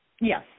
Yes